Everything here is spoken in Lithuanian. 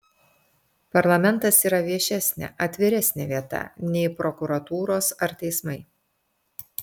parlamentas yra viešesnė atviresnė vieta nei prokuratūros ar teismai